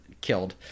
killed